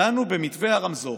דנו במתווה הרמזור.